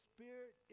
Spirit